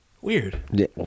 Weird